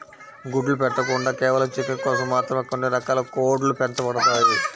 గుడ్లు పెట్టకుండా కేవలం చికెన్ కోసం మాత్రమే కొన్ని రకాల కోడ్లు పెంచబడతాయి